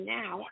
now